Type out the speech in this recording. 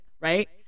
right